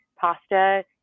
pasta